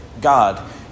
God